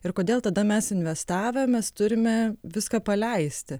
ir kodėl tada mes investavę mes turime viską paleisti